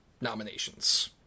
nominations